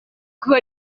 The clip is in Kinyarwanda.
kuba